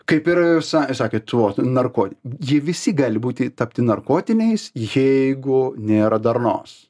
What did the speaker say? kaip ir sa sakėt tuo vuot narko jie visi gali būti tapti narkotiniais jeigu nėra darnos